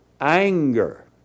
anger